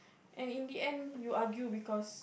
and in the end you argue because